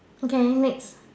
okay next